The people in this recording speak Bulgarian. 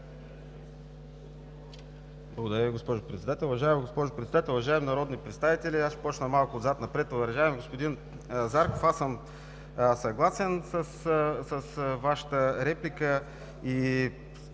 Благодаря Ви, госпожо Председател.